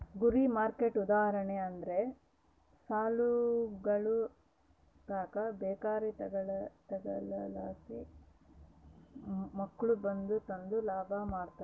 ಗುರಿ ಮಾರ್ಕೆಟ್ಗೆ ಉದಾಹರಣೆ ಅಂದ್ರ ಸಾಲಿಗುಳುತಾಕ ಬೇಕರಿ ತಗೇದ್ರಲಾಸಿ ಮಕ್ಳು ಬಂದು ತಾಂಡು ಲಾಭ ಮಾಡ್ತಾರ